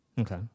Okay